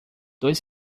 dois